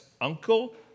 uncle